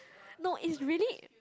no is really